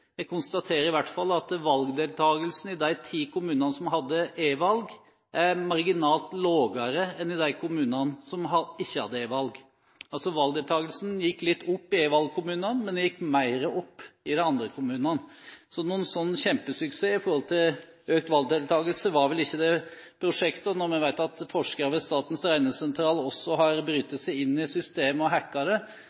Jeg konstaterer i hvert fall at valgdeltagelsen i de ti kommunene som hadde e-valg, er marginalt lavere enn i de kommunene som ikke hadde e-valg. Valgdeltagelsen gikk altså litt opp i e-valgkommunene, men den gikk mer opp i de andre kommunene. Så noen kjempesuksess i forhold til økt valgdeltagelse var vel ikke dette prosjektet. Og når vi vet at forskere ved Norsk Regnesentral også har